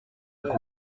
ngo